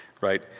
right